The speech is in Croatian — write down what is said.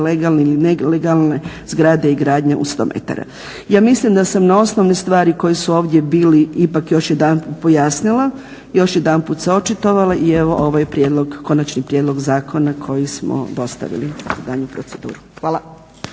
legalne ili nelegalne zgrade i gradnje u 100 m. Ja mislim da sam na osnovne stvari koje su ovdje bile ipak još jedanput pojasnila, još jedanput se očitovala i evo ovaj prijedlog, konačni prijedlog zakona koji smo dostavili u daljnju proceduru. Hvala.